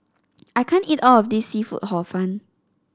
I can't eat all of this seafood Hor Fun